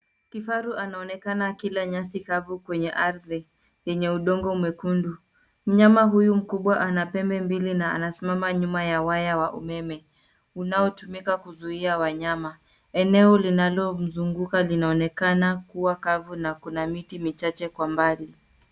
Kifaru anaonekana akila nyasi kavu kwenye ardhi yenye udongo mwekundu. Mnyama huyu mkubwa ana pembe mbili na anasimama nyuma ya waya wa umeme unaotumika kuzuia wanyama. Eneo linalo mzunguka linaonekana kuwa kavu na kuna miti michache kwa mbali.